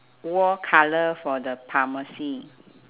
wall colour for the pharmacy